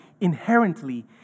inherently